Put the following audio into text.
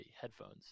headphones